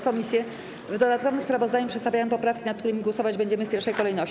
Komisje w dodatkowym sprawozdaniu przedstawiają poprawki, nad którymi głosować będziemy w pierwszej kolejności.